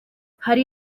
hari